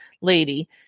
lady